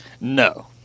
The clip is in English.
No